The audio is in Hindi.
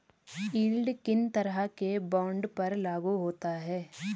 यील्ड किन तरह के बॉन्ड पर लागू होता है?